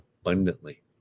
abundantly